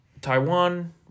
Taiwan